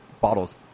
bottles